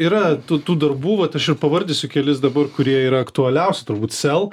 yra tų tų darbų vat aš ir pavardysiu kelis dabar kurie yra aktualiausi turbūt sel